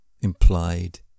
implied